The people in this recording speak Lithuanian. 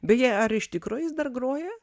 beje ar iš tikro jis dar groja